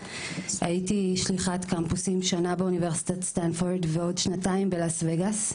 הייתי שליחת קמפוסים שנה באוניברסיטת סטנפרוד ועוד שנתיים בלאס וגאס,